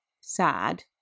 sad